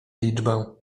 liczbę